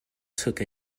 took